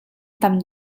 tam